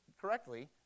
correctly